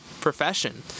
profession